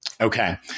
Okay